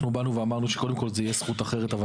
אמרנו שקודם כל זו תהיה זכות אחרת אבל